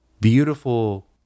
beautiful